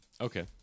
Okay